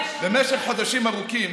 במשך חודשים ארוכים